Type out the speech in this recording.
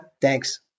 Thanks